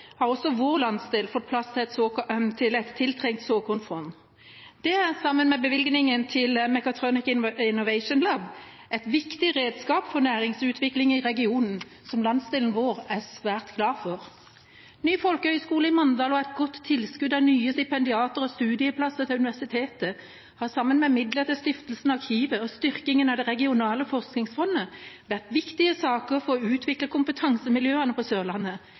har også vår landsdel fått på plass et sårt tiltrengt såkornfond. Det er, sammen med bevilgningen til Mechatronics Innovation Lab, et viktig redskap for næringsutviklingen i regionen, som landsdelen vår er svært glad for. Ny folkehøyskole i Mandal og et godt tilskudd av nye stipendiatstillinger og studieplasser til universitetet har, sammen med midler til Stiftelsen Arkivet og styrkingen av det regionale forskingsfondet, vært viktige saker for å utvikle kompetansemiljøene på Sørlandet.